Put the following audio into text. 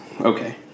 okay